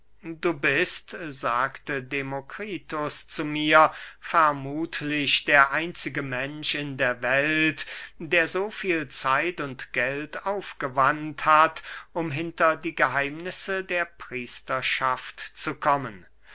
du bist sagte demokritus zu mir vermuthlich der einzige mensch in der welt der so viel zeit und geld aufgewandt hat um hinter die geheimnisse der priesterschaft zu kommen